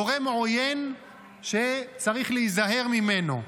גורם עוין שצריך להיזהר ממנו.